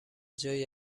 جایی